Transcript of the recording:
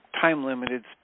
time-limited